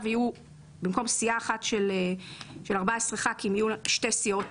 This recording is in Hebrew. במקום סיעה אחת של 14 ח"כים יהיו שתי סיעות